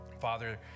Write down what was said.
Father